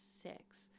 six